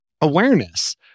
awareness